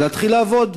ולהתחיל לעבוד?